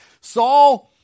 Saul